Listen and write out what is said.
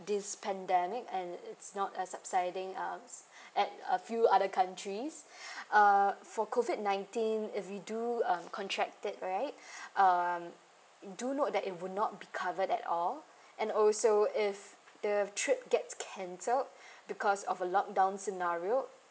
this pandemic and it's not a subsiding uh at a few other countries uh for COVID nineteen if you do um contracted right um do note that it would not be covered at all and also if the trip gets cancelled because of a lock down scenario